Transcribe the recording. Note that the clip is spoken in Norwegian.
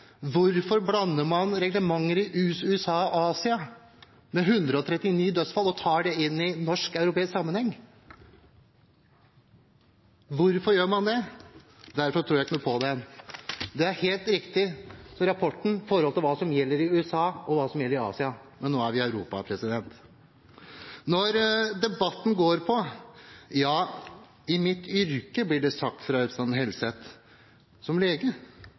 Hvorfor blander man reglementer i USA og Asia – med 139 dødsfall – og tar det inn i norsk og europeisk sammenheng? Hvorfor gjør man det? Rapporten er helt riktig med tanke på hva som gjelder i USA, og hva som gjelder i Asia, men nå er vi i Europa, og derfor tror jeg ikke noe på den. I mitt yrke som lege, ble det sagt fra representanten Helseth,